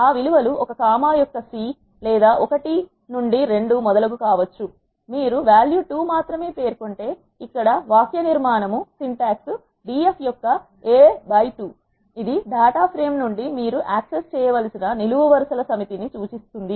ఆ విలువ లు ఒక కామా యొక్క c లేదా ఒకటి నుండి 2 మొదలగునవి కావచ్చు మీరు val2 ను మాత్రమే పేర్కొంటే ఇక్కడ వాక్య నిర్మాణం df యొక్క a | 2 ఇది డాటా ఫ్రేమ్ నుండి మీరు యాక్సెస్ చేయవలసిన నిలువు వరుస ల సమితి ని సూచిస్తుంది